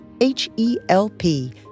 H-E-L-P